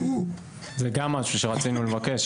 זה גם משהו שרצינו לבקש,